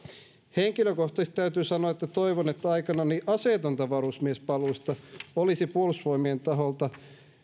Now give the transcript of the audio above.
henkilökohtaisesti täytyy sanoa että toivon että aikanani aseetonta varusmiespalvelusta olisi puolustusvoimien taholta